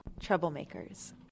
Troublemakers